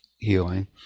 healing